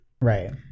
Right